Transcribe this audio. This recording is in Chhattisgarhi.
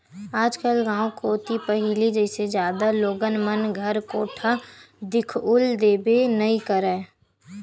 आजकल गाँव कोती पहिली जइसे जादा लोगन मन घर कोठा दिखउल देबे नइ करय